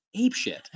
apeshit